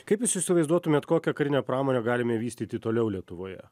kaip jūs įsivaizduotumėt kokią karinę pramonę galime vystyti toliau lietuvoje